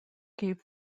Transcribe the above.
gave